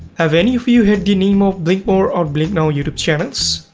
have any of you heard the name of blink more or blink now youtube channel?